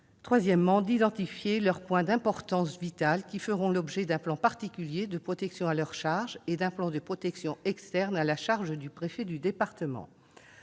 désignés et d'identifier leurs points d'importance vitale, qui feront l'objet d'un plan particulier de protection à leur charge et d'un plan de protection externe à la charge du préfet de département.